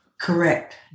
Correct